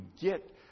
get